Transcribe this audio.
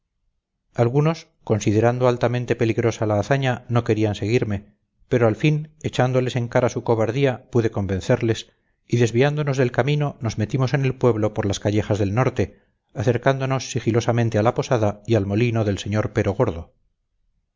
algunos considerando altamente peligrosa la hazaña no querían seguirme pero al fin echándoles en cara su cobardía pude convencerles y desviándonos del camino nos metimos en el pueblo por las callejas del norte acercándonos sigilosamente a la posada y al molino del señor